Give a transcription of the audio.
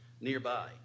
nearby